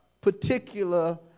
particular